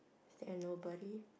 is there nobody